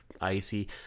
icy